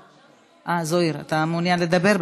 אה, זוהיר, אתה מעוניין לדבר?